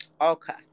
Okay